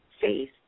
faith